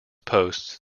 posts